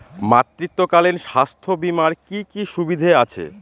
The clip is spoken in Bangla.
মাতৃত্বকালীন স্বাস্থ্য বীমার কি কি সুবিধে আছে?